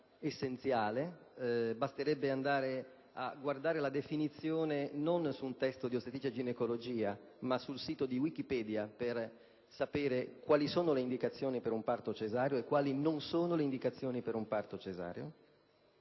essenziale: basterebbe andare a guardarne la definizione non su un testo di ostetricia o ginecologia, ma sul sito di Wikipedia, per sapere quali sono le indicazioni per un parto cesareo e quali no. Trattengo poi il termine